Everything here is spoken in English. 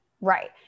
Right